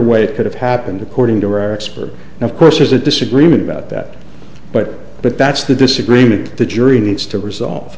way it could have happened according to our experts and of course there's a disagreement about that but but that's the disagreement the jury needs to resolve